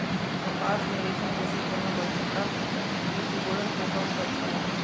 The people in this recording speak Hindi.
कपास में रेशम जैसी चमक और कपड़ा की सिकुड़न को कम करता है